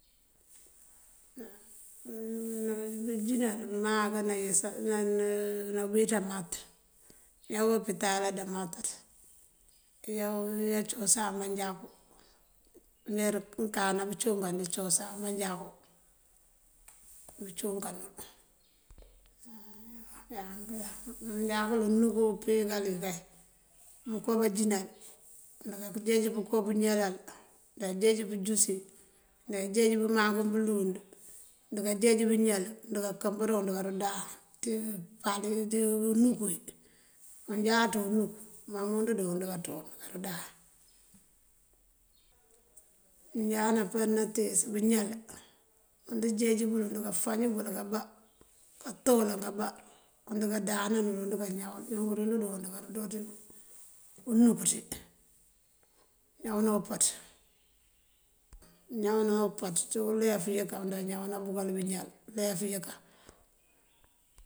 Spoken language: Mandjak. Nanjínal námank aná bíseemat, nëyá opital aná mataţ, nëya cosan manjakú mbeer nëënkáana bëëncúunkan dí cúusan manjakú, bëëncúunkanul. Mëënjákul unuk pekal wí kay, mëënko banjínal: ndënká pëënjeej bënko bëëñalal, nanjeej bëënjúsi, nanjeej bëmangú bëlund, und kanjeej bëñal und kankëmbërin und koorúdáan. Ţí palu dí unuk wí unjáaţ uwundo káanţú und kudáan. Ŋal námpaţ natíis bëñal und jeej bëkël, und káfañ bël kábá, káatoran kábá, und kandáananël, und káñawël unk joon und këndo ţí unuk ţí. Ñawëna umpaţ, ñawëna umpaţ uncí ulef yënkan und káñawëna bëkël bëñal, ulef yënkan